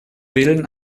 willen